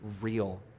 real